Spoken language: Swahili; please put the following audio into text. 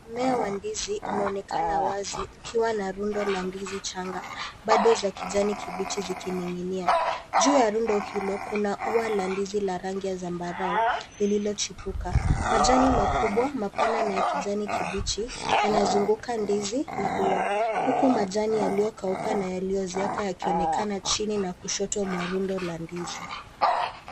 Mmea wa ndizi unaonekana wazi ukiwa na rundo la ndizi changa bando za kijani kibichi zikining'inia. Juu ya rundo hilo kuna ua la ndizi la rangi ya zambarao lililochipuka. Majani makubwa mapana na ya kijani kibichi yanazunguka ndizi na ua huku majani yaliyokauka na yaliyozeeka yakionekana chini na kushoto mwa rundo la ndizi.